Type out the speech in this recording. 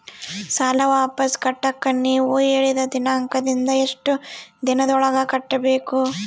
ಸಾಲ ವಾಪಸ್ ಕಟ್ಟಕ ನೇವು ಹೇಳಿದ ದಿನಾಂಕದಿಂದ ಎಷ್ಟು ದಿನದೊಳಗ ಕಟ್ಟಬೇಕು?